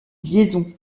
liaison